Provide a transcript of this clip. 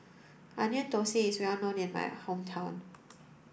Onion Thosai is well known in my hometown